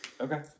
Okay